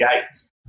Gates